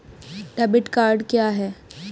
Debit card क्या है?